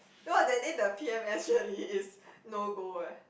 no that day the P_M_S surely is no go leh